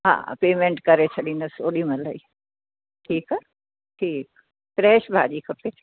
हा पेमेंट करे छॾींदसि ओॾी महिल ई ठीकु आहे ठीकु फ़्रेश भाॼी खपे